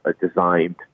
designed